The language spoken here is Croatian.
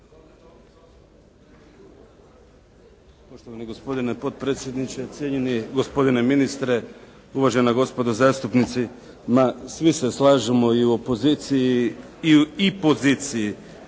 Poštovani gospodine potpredsjedniče, cijenjeni gospodine ministre, uvažena gospodo zastupnici. Svi se slažemo i u opoziciji i poziciji